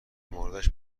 موردش